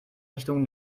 richtung